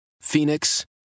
Phoenix